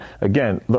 again